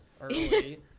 early